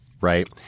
right